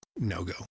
no-go